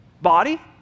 Body